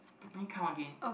then count again